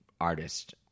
artist